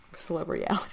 celebrity